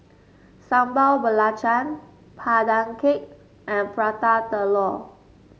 Sambal Belacan Pandan Cake and Prata Telur